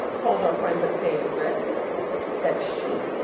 told our friends at page six that she,